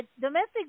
domestic